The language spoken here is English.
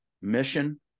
Mission